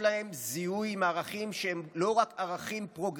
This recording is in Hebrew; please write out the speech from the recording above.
זיהוי עם ערכים שהם לא רק פרוגרסיביים,